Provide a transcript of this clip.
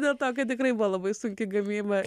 dėl to kad tikrai buvo labai sunki gamyba